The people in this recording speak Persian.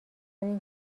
این